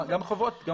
גם חובות שוטפים.